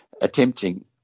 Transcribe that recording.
attempting